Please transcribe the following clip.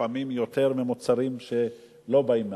לפעמים יותר ממוצרים שלא באים מהטבע.